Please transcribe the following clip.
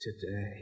today